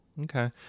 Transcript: Okay